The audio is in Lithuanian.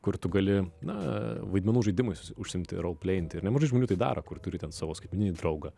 kur tu gali na vaidmenų žaidimais užsiimti raulplėjinti ir nemažai žmonių tai daro kur turi ten savo skaitmeninį draugą